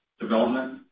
development